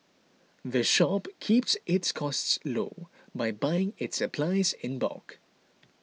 the shop keeps its costs low by buying its supplies in bulk